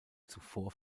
zuvor